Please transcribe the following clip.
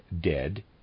dead